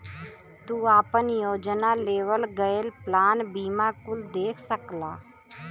तू आपन योजना, लेवल गयल प्लान बीमा कुल देख सकला